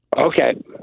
Okay